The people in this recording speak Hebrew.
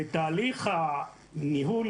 בתהליך הניהול,